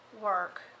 work